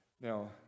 Now